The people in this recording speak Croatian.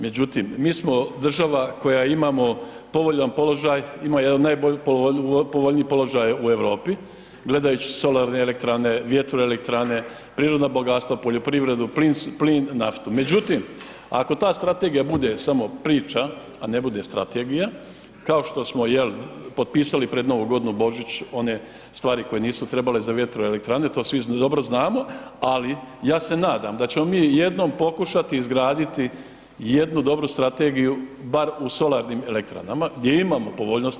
Međutim, mi smo država koja imamo povoljan položaj, imamo jedan od najpovoljnijih položaja u Europi, gledajući solarne elektrane, vjetroelektrane, prirodna bogatstva, poljoprivredu, plin, naftu, međutim ako ta strategija bude samo priča, a ne bude strategija kao što smo jel potpisali pred Novu godinu, Božić one stvari koje nisu trebale za vjetroelektrane to svi dobro znamo, ali ja se nadam da ćemo mi jednom pokušati izgraditi jednu dobru strategiju bar u solarnim elektranama gdje imamo povoljnosti.